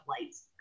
lights